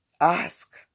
Ask